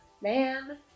Man